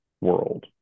world